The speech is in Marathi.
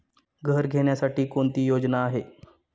घर घेण्यासाठी कोणती योजना आहे?